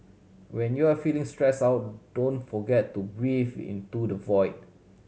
when you are feeling stressed out don't forget to breathe into the void